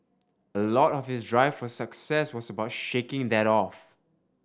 a lot of his drive for success was about shaking that off